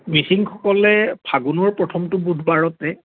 মিচিংসকলে ফাগুনৰ প্ৰথমটো বুধবাৰতে